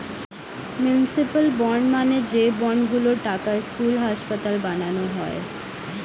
municipal bond মানে যে bond গুলোর টাকায় স্কুল, হাসপাতাল বানানো যায়